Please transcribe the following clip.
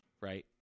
Right